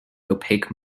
opaque